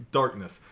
darkness